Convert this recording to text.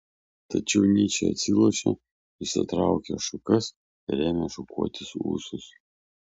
tačiau nyčė atsilošė išsitraukė šukas ir ėmė šukuotis ūsus